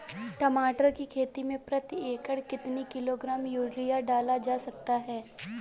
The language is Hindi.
टमाटर की खेती में प्रति एकड़ कितनी किलो ग्राम यूरिया डाला जा सकता है?